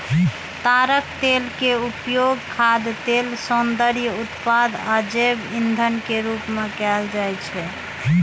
ताड़क तेल के उपयोग खाद्य तेल, सौंदर्य उत्पाद आ जैव ईंधन के रूप मे कैल जाइ छै